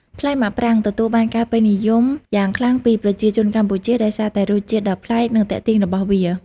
ផ្លែមាក់ប្រាងទទួលបានការពេញនិយមយ៉ាងខ្លាំងពីប្រជាជនកម្ពុជាដោយសារតែរសជាតិដ៏ប្លែក និងទាក់ទាញរបស់វា។